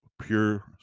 pure